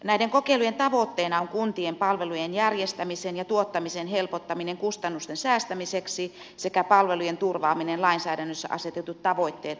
näiden kokeilujen tavoitteena on kuntien palvelujen järjestämisen ja tuottamisen helpottaminen kustannusten säästämiseksi sekä palvelujen turvaaminen lainsäädännössä asetetut tavoitteet huomioiden